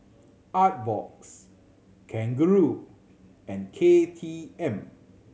Artbox Kangaroo and K T M